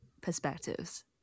perspectives